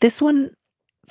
this one